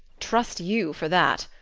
trust you for that!